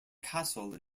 castle